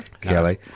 Kelly